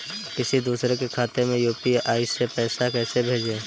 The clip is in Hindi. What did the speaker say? किसी दूसरे के खाते में यू.पी.आई से पैसा कैसे भेजें?